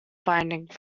binding